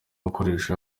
gukoresha